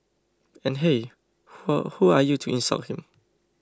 and hey who are you to insult him